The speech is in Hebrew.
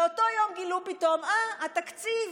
באותו יום הם גילו פתאום: אה, התקציב.